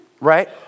right